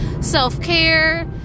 self-care